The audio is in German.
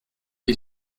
wie